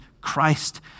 christ